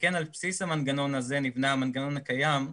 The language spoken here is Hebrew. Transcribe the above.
וכן על בסיס המנגנון הזה נבנה המנגנון הקיים.